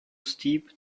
steep